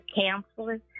counselors